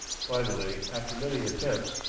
finally, after many attempts,